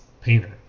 Painter